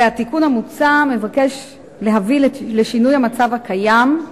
התיקון המוצע מבקש להביא לשינוי המצב הקיים,